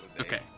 Okay